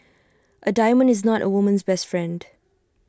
A diamond is not A woman's best friend